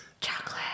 Chocolate